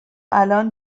الان